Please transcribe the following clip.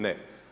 Ne.